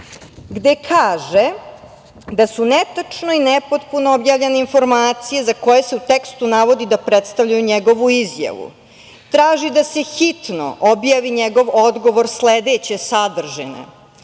gde kaže da su netačno i nepotpuno objavljene informacije za koje se u tekstu navodi da predstavljaju njegovu izjavu, traži da se hitno objavi njegov odgovor sledeće sadržine: